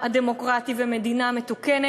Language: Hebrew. גם כבני-אדם וגם כממשלה: תמיד יש מה לתקן,